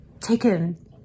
taken